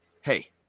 Hey